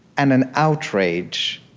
and an outrage.